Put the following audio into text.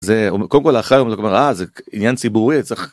זה קודם כל אחרי זה עניין ציבורי.